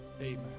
Amen